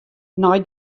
nei